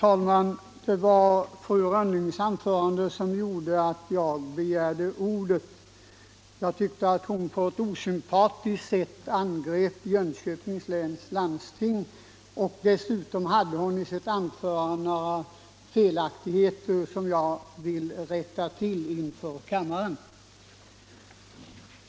Herr talman! Jag har begärt ordet eftersom jag tyckte att fru Rönnung på ett osympatiskt sätt angrep Jönköpings läns landsting, och dessutom hade hon i sitt anförande några felaktigheter som jag vill rätta till inför kammaren.